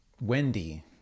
Wendy